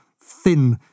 thin